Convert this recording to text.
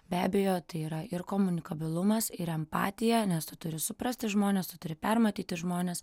be abejo tai yra ir komunikabilumas ir empatija nes tu turi suprasti žmones tu turi permatyti žmones